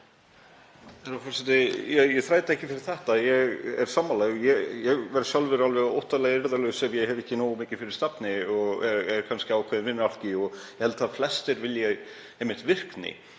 Ég þræti ekkert fyrir þetta. Ég er sammála. Ég verð sjálfur alveg óttalega eirðarlaus ef ég hef ekki nógu mikið fyrir stafni og er kannski ákveðinn vinnualki og ég held að flestir vilji einmitt virkni.